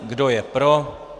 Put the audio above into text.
Kdo je pro?